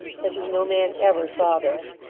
such as no man ever saw there.